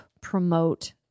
promote